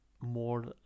more